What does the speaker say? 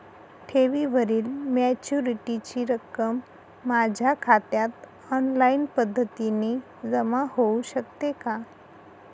ठेवीवरील मॅच्युरिटीची रक्कम माझ्या खात्यात ऑनलाईन पद्धतीने जमा होऊ शकते का?